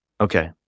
Okay